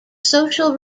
social